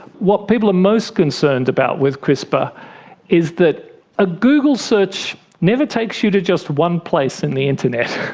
what people are most concerned about with crispr is that a google search never takes you to just one place in the internet,